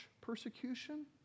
persecution